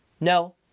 No